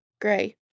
gray